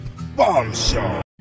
bombshell